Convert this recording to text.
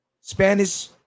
Spanish